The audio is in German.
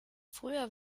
früher